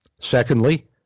Secondly